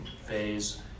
phase